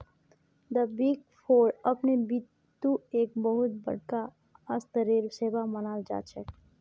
द big four अपने बितु एक बहुत बडका स्तरेर सेवा मानाल जा छेक